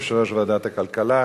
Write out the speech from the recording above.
יושב-ראש ועדת הכלכלה,